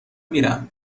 میرم